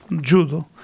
judo